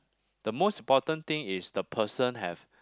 the most important thing is the person have